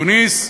תוניסיה,